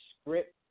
script